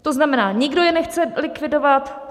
To znamená, nikdo je nechce likvidovat.